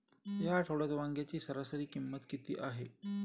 या आठवड्यात वांग्याची सरासरी किंमत किती आहे?